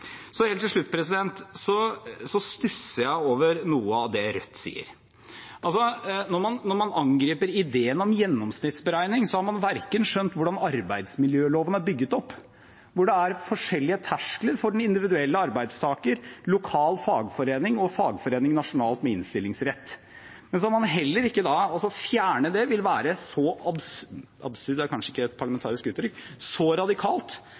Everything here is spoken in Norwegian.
helt til slutt så stusser jeg over noe av det Rødt sier. Når man angriper ideen om gjennomsnittsberegning, har man ikke skjønt hvordan arbeidsmiljøloven er bygget opp, hvor det er forskjellige terskler for den individuelle arbeidstaker, lokal fagforening og fagforeningen nasjonalt med innstillingsrett. Å fjerne det vil være så – «absurd» er kanskje ikke et parlamentarisk uttrykk – radikalt